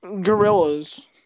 Gorillas